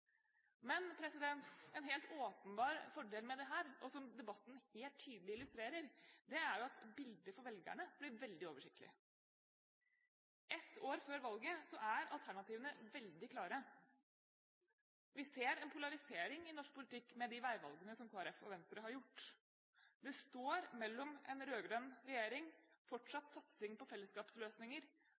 Men en helt åpenbar fordel med dette, og som debatten helt tydelig illustrerer, er jo at bildet for velgerne blir veldig oversiktlig. Ett år før valget er alternativene veldig klare. Vi ser en polarisering i norsk politikk med de veivalgene Kristelig Folkeparti og Venstre har gjort. Det står mellom en rød-grønn regjering – fortsatt satsing på fellesskapsløsninger,